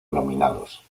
nominados